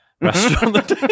restaurant